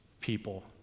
people